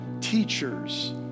teachers